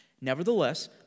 Nevertheless